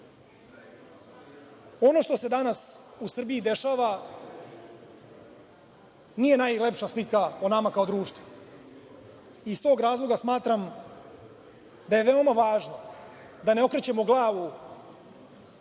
što se danas u Srbiji dešava nije najlepša slika o nama kao društvu. Iz tog razloga smatram da je veoma važno da ne okrećemo glavu